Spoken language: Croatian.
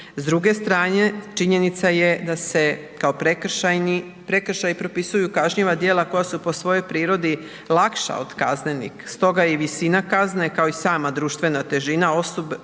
S druge strane činjenica je da se kao prekršajni, prekršaji popisuju kažnjiva djela koja su po svojoj prirodi lakša od kaznenih stoga je i visina kazne kao i sama društvena težina osude